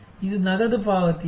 ಇದು ನಗದು ಪಾವತಿಯೇ